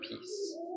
peace